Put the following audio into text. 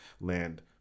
land